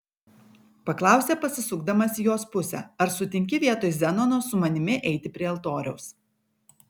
paklausė pasisukdamas į jos pusę ar sutinki vietoj zenono su manimi eiti prie altoriaus